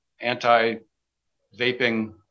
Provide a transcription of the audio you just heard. anti-vaping